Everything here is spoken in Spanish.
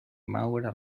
maura